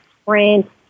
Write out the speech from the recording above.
Sprint